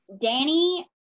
Danny